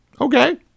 Okay